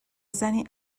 زنی